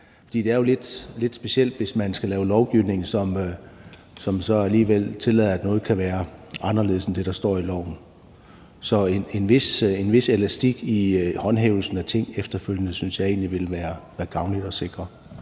det er jo lidt specielt, hvis man skal lave lovgivning, som så alligevel tillader, at noget kan være anderledes end det, der står i loven. Så en vis elastik i forhold til håndhævelsen efterfølgende synes jeg egentlig vil være gavnligt at sikre.